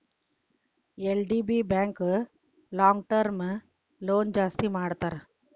LDB bank long term loan ಜಾಸ್ತಿ ಕೊಡ್ತಾರ